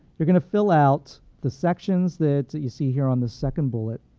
you're going to fill out the sections that that you see here on this second bullet,